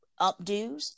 updos